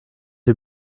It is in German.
die